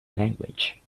language